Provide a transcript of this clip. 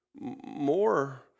more